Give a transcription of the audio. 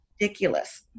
ridiculous